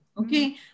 Okay